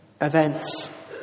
events